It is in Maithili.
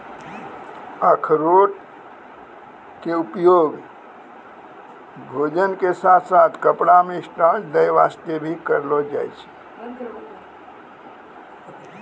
अरारोट के उपयोग भोजन के साथॅ साथॅ कपड़ा मॅ स्टार्च दै वास्तॅ भी करलो जाय छै